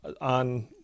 on